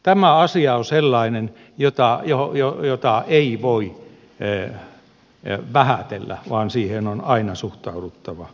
tämä asia on sellainen jota ei voi vähätellä vaan siihen on aina suhtauduttava vakavasti